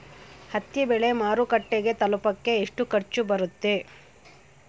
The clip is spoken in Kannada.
ಹತ್ತಿ ಬೆಳೆ ಮಾರುಕಟ್ಟೆಗೆ ತಲುಪಕೆ ಎಷ್ಟು ಖರ್ಚು ಬರುತ್ತೆ?